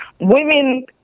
Women